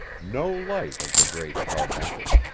no light of the great carbuncle,